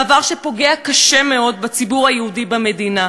מעבר שפוגע קשה מאוד בציבור היהודי במדינה,